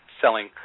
selling